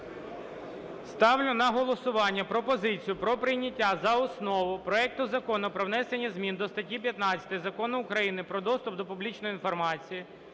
Ставлю на голосування пропозицію про прийняття за основу проекту Закону про внесення змін до статті 15 Закону України "Про доступ до публічної інформації"